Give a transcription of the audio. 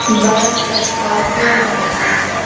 bus scorpio motor cycle